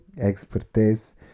expertise